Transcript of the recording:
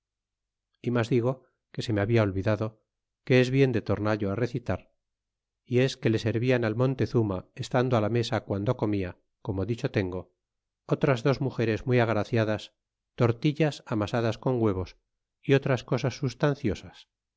y mas digo que se me habla olvidado que es bien de tornallo recitar y es que le servian al montezuma estando la mesa quando comia como dicho tengo otras dos mugeres muy agraciadas tortillas amasadas con huevos y otras cosas substanciosas